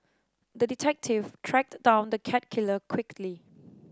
the detective tracked down the cat killer quickly